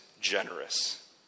generous